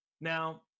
Now